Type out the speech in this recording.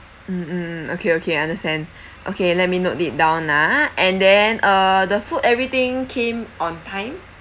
mm mm okay okay understand okay let me note it down uh and then uh the food everything came on time